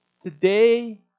Today